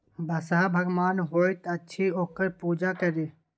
बसहा भगवान होइत अछि ओकर पूजा करी